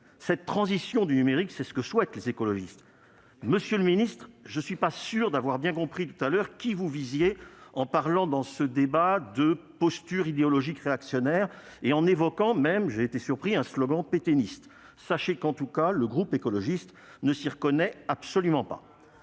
Cette transition du numérique, c'est ce que souhaitent les écologistes. Monsieur le secrétaire d'État, je ne suis pas sûr d'avoir bien compris tout à l'heure qui vous visiez en parlant dans ce débat de postures idéologiques réactionnaires et en évoquant- j'en ai été étonné -un slogan pétainiste. Carrément ! Sachez que le groupe écologiste ne se reconnaît absolument pas